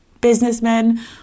businessmen